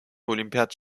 olimpiyat